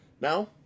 Now